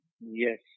Yes